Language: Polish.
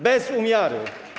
Bez umiaru.